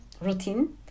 routine